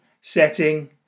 setting